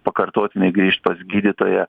pakartotinai grįžt pas gydytoją